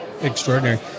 extraordinary